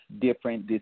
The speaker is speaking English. different